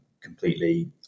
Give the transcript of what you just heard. completely